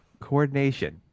coordination